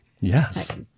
Yes